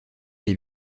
les